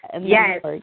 Yes